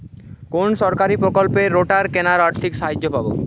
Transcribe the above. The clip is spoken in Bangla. কোন সরকারী প্রকল্পে রোটার কেনার আর্থিক সাহায্য পাব?